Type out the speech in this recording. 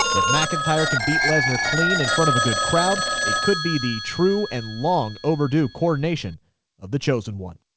if mcintyre can beat lesnar clean in front of a good crowd, it could be the true and long-overdue coronation of the chosen one.